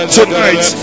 Tonight